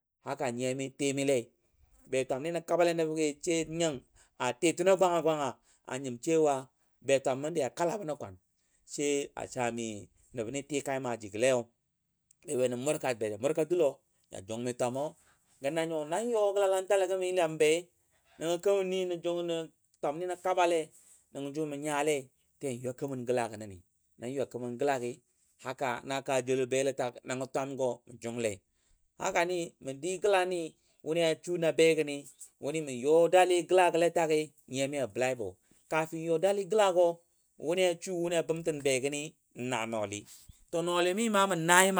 nyɨyamɨ tɨmillɨi, Be twamnɨ nə kaba Le nənə gɨɨ nyəng, a tɨ tɨno gwanga gwanga anyəm be twamməndi ya kala bənə kwan, saa mɨ nəb nɨ tɨkai maaji gəleyo, bebanə murka ja murka duLo ja Jung mɨ twamo. Gə nanyo nan yo gə La Lantalə gəmi Yəlambe, nɨ nə gə Kemənni nə jong nə twamnɨ nə kabaLei nəngə jo mɨ nYale ɨə yanYwa kemən gəla gənəni. Nan Ywa kemən gəLagə na kaa Joulo beletag, nəngən twango mujongle. mə dɨ gəLannɨ Woni Ya su ba be gənɨ wunɨ məyə daLi gəla gəle tagɨ, nyɨ yamɨ ya bə laibo YA dalɨ gəlago wuni ya bəmtən be gənɨ n naa nAlɨ nALɨmɨ ma naai